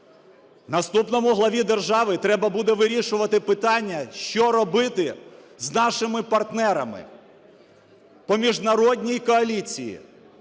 Наступному главі держави треба буде вирішувати питання, що робити з нашими партнерами по міжнародній коаліції,